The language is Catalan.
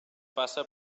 passa